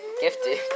Gifted